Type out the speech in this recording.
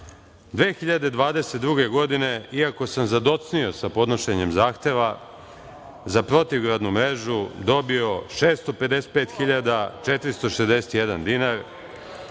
2022. godine, iako sam zadocnio sa podnošenjem zahteva, za protivgradnu mrežu dobio 655.461 dinar.